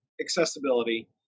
accessibility